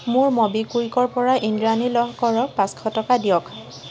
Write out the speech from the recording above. মোৰ ম'বিকুইকৰপৰা ইন্দ্ৰাণী লহকৰক পাঁচশ টকা দিয়ক